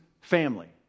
family